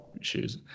shoes